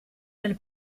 nel